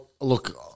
Look